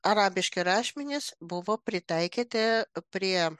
arabiški rašmenys buvo pritaikyti prie